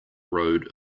road